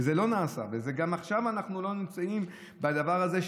זה לא נעשה, וגם עכשיו אנחנו לא נמצאים בדבר הזה.